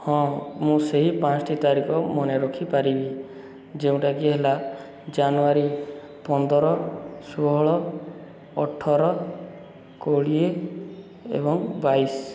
ହଁ ମୁଁ ସେହି ପାନ୍ସଟି ତାରିଖ ମନେ ରଖିପାରିବି ଯେଉଁଟାକି ହେଲା ଜାନୁଆରୀ ପନ୍ଦର ଷୋହଳ ଅଠର କୋଡ଼ିଏ ଏବଂ ବାଇଶ